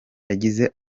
yagize